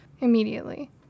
immediately